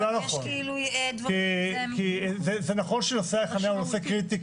יש כאילו, זה נכון שנושא החניה הוא נושא קריטי.